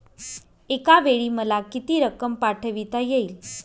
एकावेळी मला किती रक्कम पाठविता येईल?